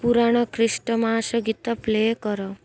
ପୁରୁଣା ଖ୍ରୀଷ୍ଟମାସ ଗୀତ ପ୍ଲେ କର